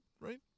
right